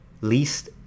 Least